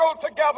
together